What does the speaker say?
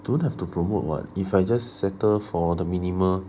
don't have to promote [what] if I just settle for the minimal